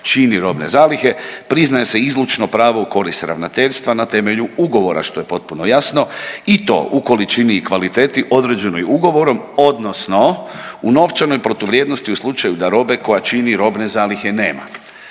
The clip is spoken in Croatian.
čini robne zalihe, priznaje se izlučno pravo u korist ravnateljstva na temelju ugovora što je potpuno jasno i to u količini i kvaliteti određenoj ugovorom odnosno u novčanoj protuvrijednosti u slučaju da robe koja čini robne zalihe nema.